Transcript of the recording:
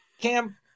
Cam